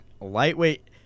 lightweight